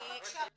אני אתן לך.